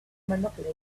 monopoly